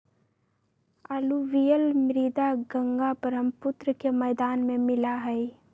alluvial मृदा गंगा बर्ह्म्पुत्र के मैदान में मिला हई